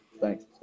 Thanks